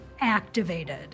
activated